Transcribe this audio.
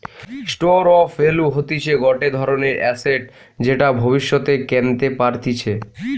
store of value হতিছে গটে ধরণের এসেট যেটা ভব্যিষতে কেনতে পারতিছে